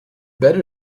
better